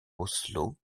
oslo